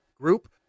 group